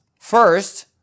first